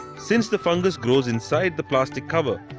since the fungus grows inside the plastic cover,